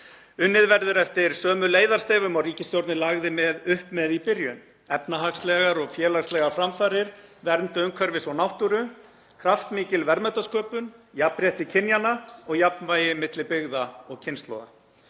Unnið verður eftir sömu leiðarstefjum og ríkisstjórnin lagði upp með í byrjun: Efnahagslegar og félagslegar framfarir, vernd umhverfis og náttúru, kraftmikil verðmætasköpun, jafnrétti kynjanna og jafnvægi milli byggða og kynslóða.